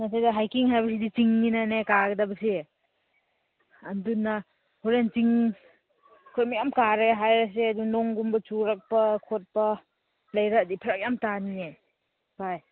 ꯃꯁꯤꯗ ꯍꯥꯏꯛꯀꯤꯡ ꯍꯥꯏꯕꯁꯤꯗꯤ ꯆꯤꯡꯅꯤꯅꯅꯦ ꯀꯥꯒꯗꯕꯁꯦ ꯑꯗꯨꯅ ꯍꯣꯔꯦꯟ ꯆꯤꯡ ꯑꯩꯈꯣꯏ ꯃꯌꯥꯝ ꯀꯥꯔꯦ ꯍꯥꯏꯔꯁꯦ ꯑꯗꯨ ꯅꯣꯡꯒꯨꯝꯕ ꯆꯨꯔꯛꯄ ꯈꯣꯠꯄ ꯂꯩꯔꯗꯤ ꯐꯔꯛ ꯌꯥꯝ ꯇꯥꯅꯤꯌꯦ ꯕꯥꯏ